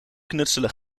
knutselen